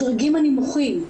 בדרגים הנמוכים,